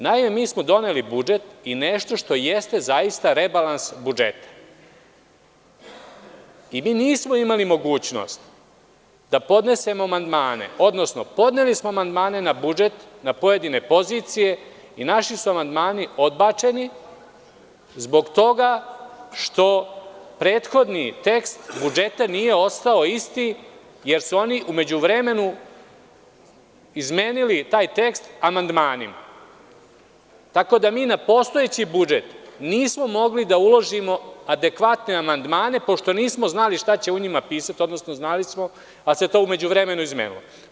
Naime, mi smo doneli budžet i nešto što jeste zaista rebalans budžeta i mi nismo imali mogućnost da podnesemo amandmane, odnosno podneli smo amandmane na budžet, na pojedine pozicije i naši su amandmani odbačeni zbog toga što prethodni tekst budžeta nije ostao isti, jer su oni u međuvremenu izmenili taj tekst amandmanima, tako da mi na postojeći budžet nismo mogli da uložimo adekvatne amandmane pošto nismo znali šta će u njima pisati, odnosno znali smo, ali se to u međuvremenu izmenilo.